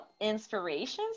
inspirations